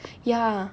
ya